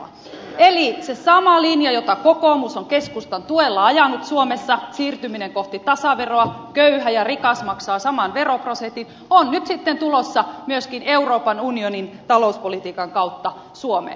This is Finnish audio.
eli se sama linja jota kokoomus on keskustan tuella ajanut suomessa siirtyminen kohti tasaveroa köyhä ja rikas maksavat saman veroprosentin mukaan on nyt sitten tulossa myöskin euroopan unionin talouspolitiikan kautta suomeen